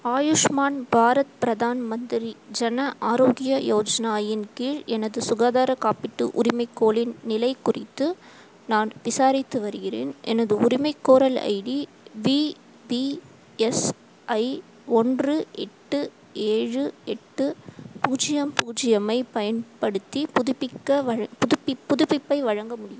ஆயுஷ்மான் பாரத் பிரதான் மந்திரி ஜன ஆரோக்கிய யோஜனா இன் கீழ் எனது சுகாதார காப்பீட்டு உரிமைகோலின் நிலை குறித்து நான் விசாரித்து வருகிறேன் எனது உரிமைகோரல் ஐடி விபிஎஸ்ஐ ஒன்று எட்டு ஏழு எட்டு பூஜ்யம் பூஜ்ஜியமைப் பயன்படுத்தி புதுப்பிக்க வ புதுப்பிப்பை புதுப்பிப்பை வழங்க முடியுமா